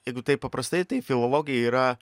jeigu taip paprastai tai filologija yra